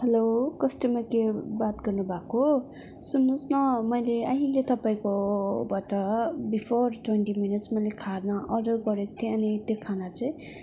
hello customer care बात गर्नुभएको सुन्नुहोस् न मैले अहिले तपाईँकोबाट बिफोर ट्वेन्टी मिनट्स मैले खाना अर्डर गरेको थिएँ अनि त्यो खाना चाहिँ